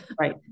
Right